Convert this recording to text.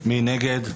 מי נגד?